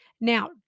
Now